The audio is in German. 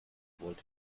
wollte